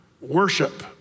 worship